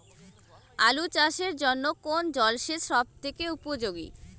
আলু চাষের জন্য কোন জল সেচ সব থেকে উপযোগী?